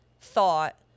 thought